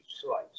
slice